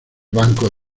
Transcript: banco